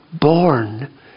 born